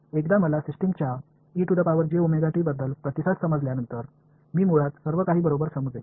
एकदा मला सिस्टमचा बद्दल प्रतिसाद समजल्यानंतर मी मुळात सर्व काही बरोबर समजेल